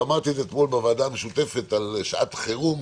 ואמרתי את זה אתמול בוועדה המשותפת על שעת חירום